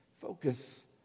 Focus